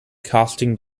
casting